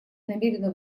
намерена